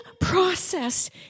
process